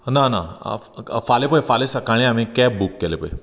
ना ना फाल्यां पळय फाल्यां सकाळीं हांवें कॅब बूक केल्लें पळय